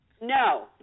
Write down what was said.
No